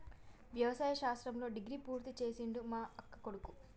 వ్యవసాయ శాస్త్రంలో డిగ్రీ పూర్తి చేసిండు మా అక్కకొడుకు